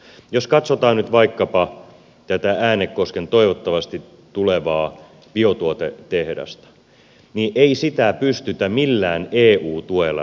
jos katsotaan nyt vaikkapa tätä äänekosken toivottavasti tulevaa biotuotetehdasta ei sitä pystytä millään eu tuella rakentamaan